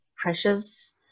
precious